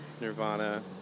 Nirvana